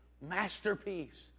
masterpiece